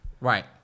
Right